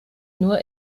nur